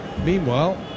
meanwhile